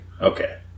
Okay